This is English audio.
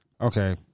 Okay